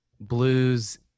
blues